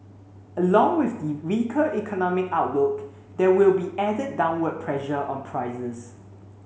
along with the weaker economic outlook there will be added downward pressure on prices